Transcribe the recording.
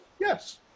Yes